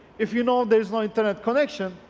if you know there's no internet connection,